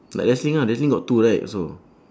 like wrestling ah wrestling got two right also